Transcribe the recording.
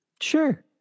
Sure